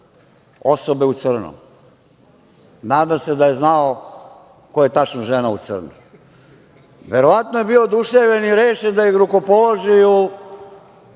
osobe u crnom. Nadam se da je znao ko je tačno žena u crnom. Verovatno je bio oduševljen i rešen da ih rukopoloži u